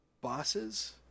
bosses